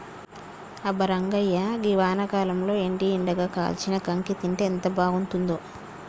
అబ్బా రంగాయ్య గీ వానాకాలంలో ఏడి ఏడిగా కాల్చిన కాంకి తింటే ఎంత బాగుంతుందో